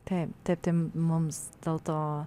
taip taip tai mums dėl to